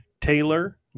Taylor